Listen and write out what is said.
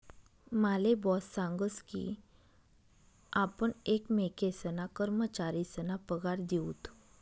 माले बॉस सांगस की आपण एकमेकेसना कर्मचारीसना पगार दिऊत